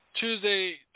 Tuesday